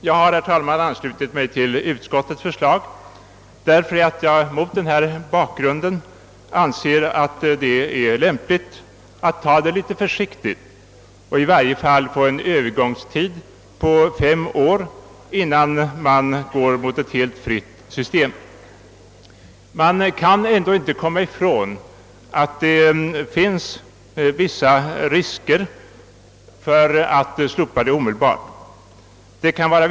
Jag har, herr talman, anslutit mig till utskottets hemställan, eftersom jag mot denna bakgrund anser att det är lämpligt att gå fram litet försiktigt och att i varje fall ha en övergångstid på fem år innan man inför ett helt fritt system. Man kan ändå inte komma ifrån att det är vissa risker förenade med ett omedelbart slopande.